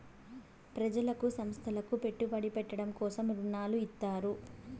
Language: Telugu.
ప్రజలకు సంస్థలకు పెట్టుబడి పెట్టడం కోసం రుణాలు ఇత్తారు